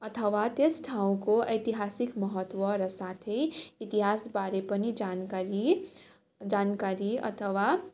अथवा त्यस ठाउँको ऐतिहासिक महत्त्व र साथै इतिहासबारे पनि जानकारी जानकारी अथवा